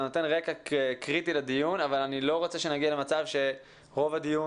זה נותן רקע קריטי לדיון אבל אני לא רוצה שנגיע למצב שרוב הדיון